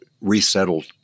resettled